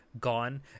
gone